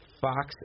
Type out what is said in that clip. Fox